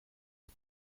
het